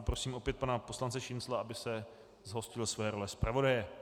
Prosím opět pana poslance Šincla, aby se zhostil své role zpravodaje.